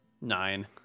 Nine